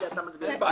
אה, הם לא מצביעים.